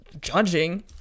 judging